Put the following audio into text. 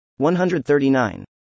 139